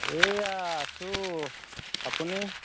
এইয়া আছোঁ আপুনি